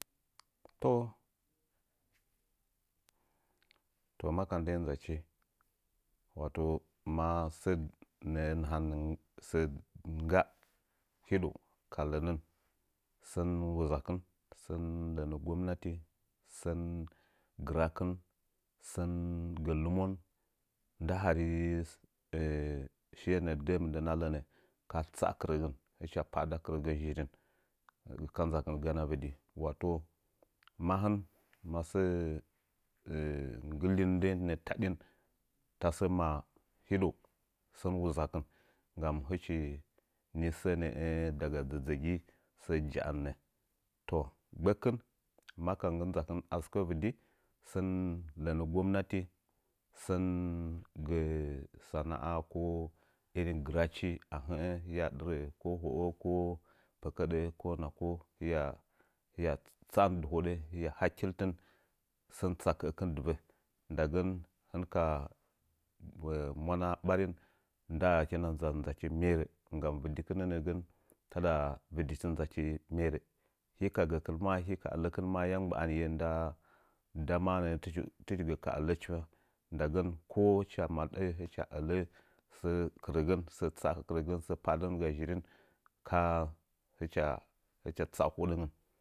Toh to maka ndəi ndzachi wato ma sə nə'ə nahannə sə ngga hidəu ka lənən sən wuzakɨn sən lənə gwamnati sən gɨrakin sən gə lɨmon nda hari shiye nə'ə də'ə mɨndəna gə ka tsa'a kɨrəgən ka pa'ada kɨrəgən zhirin ka nzakɨn ganəa vɨdi wato mahɨn sənə'ə nggimin ndəi nə'ə tadin tasə maa hiɗəu sən lizaakɨn nggam hɨchi ni sənə'ə diga dzədzəgi hɨchi ja'annə toh gbəkkɨn ma ka nggɨ ndzakɨn asɨkə vɨdi hɨn lənə gomnate sən sanaꞌa ko irin gɨrachi nə'ə hiya dɨrə ko ho'o ko pəkəɗə ko nako hiyatsa'an dɨhodə hiya hakkeltɨn sən tsaka'əkɨn divə nda gən hɨnka mwana ɓarin ndaakina ndza ndzachi mworə nggam dɨkɨnə nə'əgən tiɗa vɨdichi nzachi merə hɨka gəkɨn maa hii ka ələkɨn yam gba'anye nda han nda manə'ə hɨchi gɨ ka ələchi ndagən kowo macha maɗə'ə ka ələkɨn səə kɨrəgən səə pa'adənga zhirin hɨcha tsa'a hodəngən.